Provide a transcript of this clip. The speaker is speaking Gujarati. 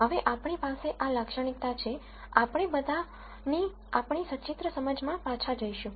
હવે આપણી પાસે આ લાક્ષણિકતા છે આપણે આ બધાંની આપણી સચિત્ર સમજમાં પાછા જઈશું